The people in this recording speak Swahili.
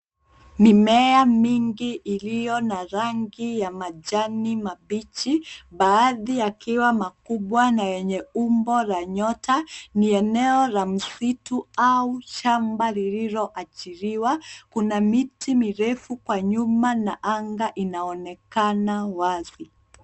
Mimea mingi iliyo na rangi ya majani mabichi baadhi yakiwa makubwa na yenye umbo la nyota. Ni eneo la msitu au shamba lililoachiliwa. Kuna miti mirefu kwa nyuma na anga inaonekana wazi.